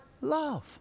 love